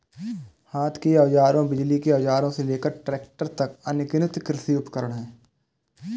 हाथ के औजारों, बिजली के औजारों से लेकर ट्रैक्टरों तक, अनगिनत कृषि उपकरण हैं